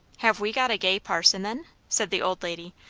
have we got a gay parson, then? said the old lady,